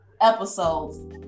episodes